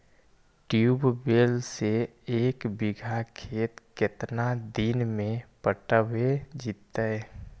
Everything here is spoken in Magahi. ट्यूबवेल से एक बिघा खेत केतना देर में पटैबए जितै?